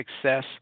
success